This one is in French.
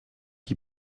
qui